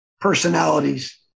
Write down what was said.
personalities